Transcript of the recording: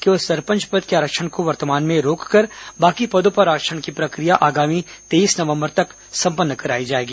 केवल सरपंच पद के आरक्षण को वर्तमान में रोक कर बाकी पदों पर आरक्षण की प्रक्रिया आगामी तेईस नवम्बर तक सम्पन्न कराई जाएगी